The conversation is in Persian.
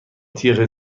تیغ